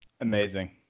Amazing